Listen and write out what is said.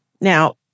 Now